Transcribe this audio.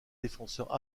défenseur